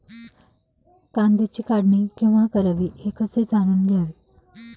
कांद्याची काढणी केव्हा करावी हे कसे जाणून घ्यावे?